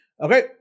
Okay